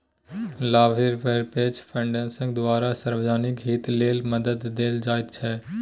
लाभनिरपेक्ष फाउन्डेशनक द्वारा सार्वजनिक हित लेल मदद देल जाइत छै